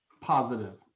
Positive